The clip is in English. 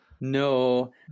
No